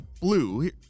blue